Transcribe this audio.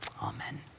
Amen